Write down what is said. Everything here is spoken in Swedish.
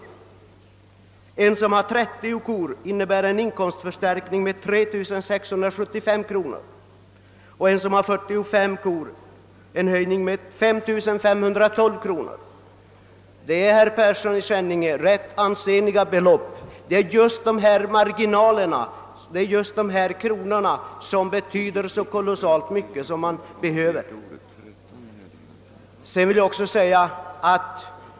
För den som har 30 kor innebär den en inkomstförstärkning med 3 675 kronor och för den som har 45 kor en ökning med 5512 kronor. Detta är rätt ansenliga belopp, herr Persson i Skänninge, och det är just dessa kronor i marginalen som betyder så kolossalt mycket.